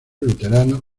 luteranos